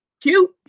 cute